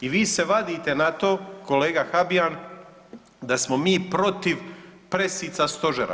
I vi se vadite na to kolega Habijan da smo mi protiv presica stožera.